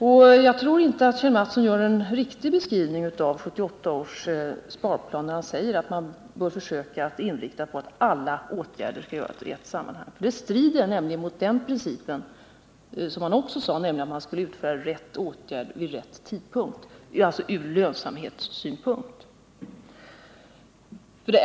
Men jag tror inte att Kjell Mattsson ger en riktig beskrivning av 1978 års sparplan, när han säger att man bör försöka inrikta sig på att alla åtgärder skall vidtas i ett sammanhang. Det strider nämligen mot principen, som han också nämnde, att utföra rätt åtgärd vid rätt tidpunkt. Det gäller alltså ur lönsamhetssynpunkt.